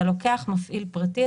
אתה לוקח מפעיל פרטי,